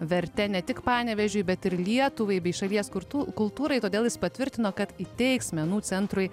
verte ne tik panevėžiui bet ir lietuvai bei šalies kurtų kultūrai todėl jis patvirtino kad įteiks menų centrui